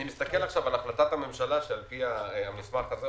אני מסתכל עכשיו על החלטת הממשלה שעל פיה הוכן המסמך הזה,